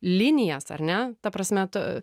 linijas ar ne ta prasme tu